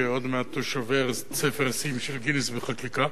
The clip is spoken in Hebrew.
שעוד מעט הוא שובר את ספר השיאים של גינס בחקיקה.